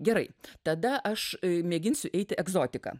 gerai tada aš mėginsiu eiti egzotika